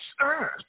Earth